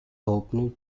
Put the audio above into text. opening